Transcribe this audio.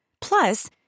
Plus